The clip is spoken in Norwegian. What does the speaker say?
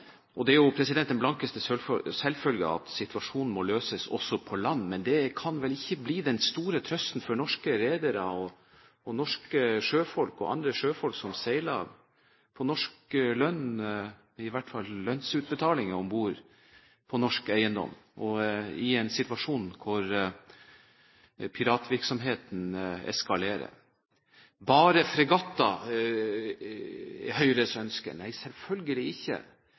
øyeblikk. Det er jo den blankeste selvfølge at situasjonen må løses også på land, men det kan vel ikke bli den store trøsten for norske redere, norske sjøfolk og andre sjøfolk som seiler på norsk lønn – eller for dem som i hvert fall får lønnsutbetalinger om bord på norsk eiendom – i en situasjon hvor piratvirksomheten eskalerer. Bare fregatter, er Høyres ønske – nei, selvfølgelig ikke.